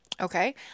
Okay